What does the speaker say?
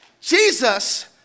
Jesus